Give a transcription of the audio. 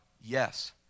yes